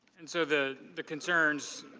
and so, the the concerns,